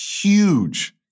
huge